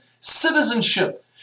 citizenship